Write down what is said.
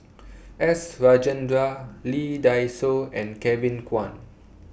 S Rajendran Lee Dai Soh and Kevin Kwan